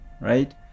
right